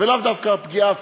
ולאו דווקא פגיעה פיזית,